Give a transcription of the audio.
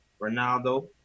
Ronaldo